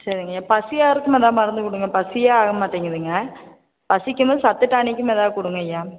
சரிங்க பசியாகிறத்துக்கு எதாவது மருந்து கொடுங்க பசியே ஆகமாட்டிங்குதுங்க பசிக்குமே சத்து டானிக்கும் எதாவது கொடுங்கய்யா